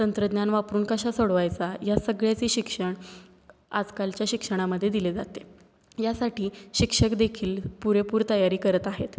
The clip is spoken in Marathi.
तंत्रज्ञान वापरून कशा सोडवायचा या सगळ्याचे शिक्षण आजकालच्या शिक्षणामध्ये दिले जाते यासाठी शिक्षकदेखील पुरेपूर तयारी करत आहेत